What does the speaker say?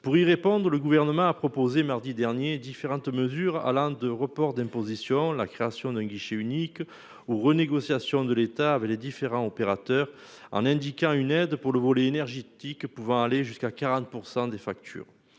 pour y répondre. Le gouvernement a proposé mardi dernier différentes mesures Alain de report d'imposition, la création d'un guichet unique ou renégociation de l'État avec les différents opérateurs en indiquant une aide pour le volet énergétique pouvant aller jusqu'à 40% des factures.